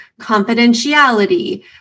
confidentiality